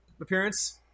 appearance